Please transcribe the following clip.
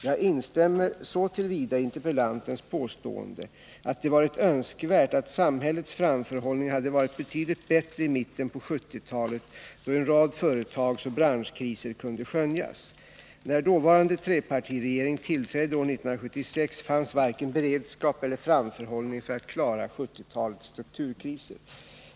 Jag instämmer så till vida i interpellantens påstående, att det varit önskvärt att samhällets framförhållning hade varit betydligt bättre i mitten på 1970-talet, då en rad företagsoch branschkriser kunde skönjas. När dåvarande trepartiregeringen tillträdde år 1976 fanns varken beredskap eller framförhållning för att klara 1970-talets strukturkriser.